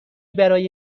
برای